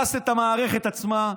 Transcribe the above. את הרסת את המערכת עצמה.